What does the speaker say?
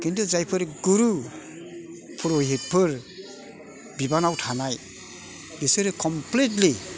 खिन्थु जायफोर गुरु पुरुहितफोर बिबानआव थानाय बिसोरो कमप्लिटलि